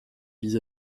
vis